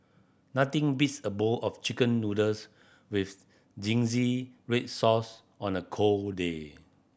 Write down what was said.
nothing beats a bowl of Chicken Noodles with red sauce on a cold day